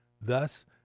Thus